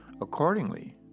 Accordingly